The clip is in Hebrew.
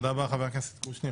תודה רבה חבר הכנסת קושניר.